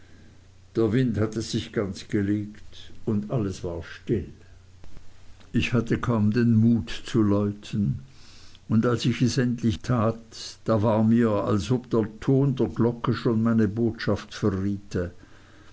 der wind hatte sich ganz gelegt und alles war still ich hatte kaum den mut zu läuten und als ich es endlich wagte da war mir als ob der ton der glocke schon meine botschaft verriete